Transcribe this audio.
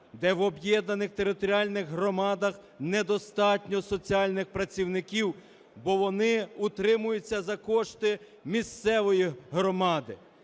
де в об'єднаних територіальних громадах недостатньо соціальних працівників, бо вони утримуються за кошти місцевої громади.